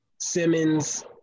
Simmons